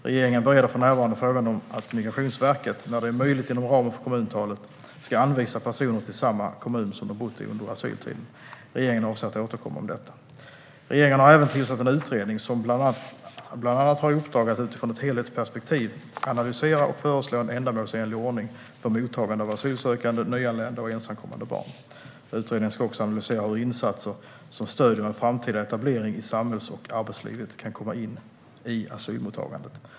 Regeringen bereder för närvarande frågan om att Migrationsverket, när det är möjligt inom ramen för kommuntalen, ska anvisa personer till samma kommun som de bott i under asyltiden. Regeringen avser att återkomma om detta. Regeringen har även tillsatt en utredning som bland annat har i uppdrag att utifrån ett helhetsperspektiv analysera och föreslå en ändamålsenlig ordning för mottagande av asylsökande, nyanlända och ensamkommande barn. Utredningen ska också analysera hur insatser som stöder en framtida etablering i samhälls och arbetslivet kan komma in i asylmottagandet.